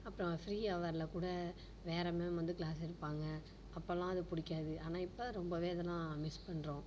அப்புறம் ஃப்ரீ ஹவரில் கூட வேறு மேம் வந்து கிளாஸ் எடுப்பாங்க அப்பெலாம் அது பிடிக்காது ஆனால் இப்போ ரொம்பவே அதெலாம் மிஸ் பண்ணுறோம்